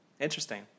Interesting